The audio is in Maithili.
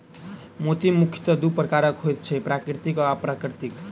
मोती मुखयतः दू प्रकारक होइत छै, प्राकृतिक आ अप्राकृतिक